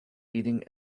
eating